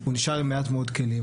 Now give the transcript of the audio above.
הוא נשאר עם מעט מאוד כלים.